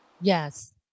Yes